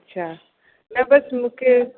अच्छा न बस मूंखे